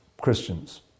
Christians